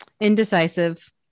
indecisive